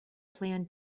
plan